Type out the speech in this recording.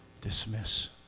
dismiss